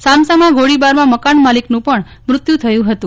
સામસામા ગોળીબારમાં મકાન માલિકનું પણ મૃત્યુ થયું હતું